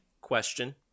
question